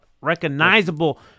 recognizable